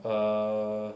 err